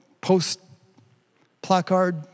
post-placard